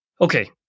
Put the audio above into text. Okay